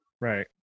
Right